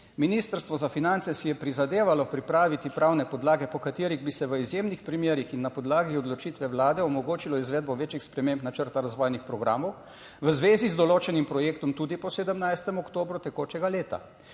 "Ministrstvo za finance si je prizadevalo pripraviti pravne podlage, po katerih bi se v izjemnih primerih in na podlagi odločitve Vlade omogočilo izvedbo večjih sprememb načrta razvojnih programov, v zvezi z določenim projektom tudi po 17. oktobru tekočega leta.